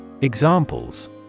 Examples